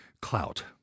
clout